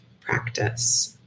practice